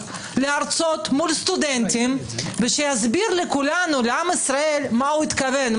להרצות מול סטודנטים ושיסביר לכולנו לעם ישראל למה התכוון,